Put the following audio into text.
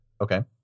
Okay